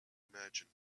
imagine